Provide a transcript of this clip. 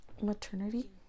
Maternity